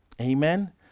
Amen